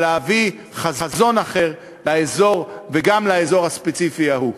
אבל להביא חזון אחר לאזור וגם לאזור הספציפי ההוא.